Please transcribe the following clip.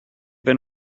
been